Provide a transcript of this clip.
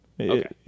Okay